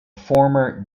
former